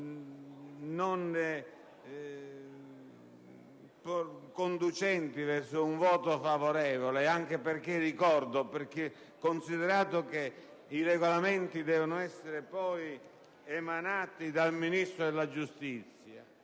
non condurre verso un voto favorevole, anche perché, lo ricordo, i regolamenti devono essere poi emanati dal Ministro della giustizia